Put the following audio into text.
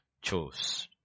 Chose